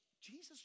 Jesus